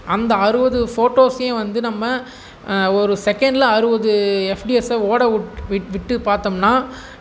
அந்த அறுபது ஃபோட்டோஸையும் வந்து நம்ம ஒரு செகண்ட்ல அறுபது எஃப்டிஎஸ்ஸாக ஓடவிட் விட் விட்டு பார்த்தோம்னா